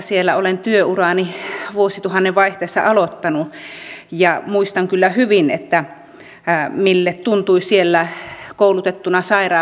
siellä olen työurani vuosituhannen vaihteessa aloittanut ja muistan kyllä hyvin miltä tuntui siellä koulutettuna sairaanhoitajana olla